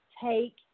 Take